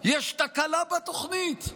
יש תקלה בתוכנית,